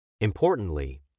Importantly